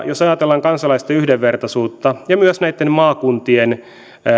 jos ajatellaan kansalaisten yhdenvertaisuutta ja myös näitten maakuntien